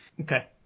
Okay